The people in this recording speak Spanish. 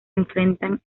enfrentan